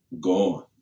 gone